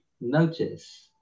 notice